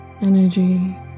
energy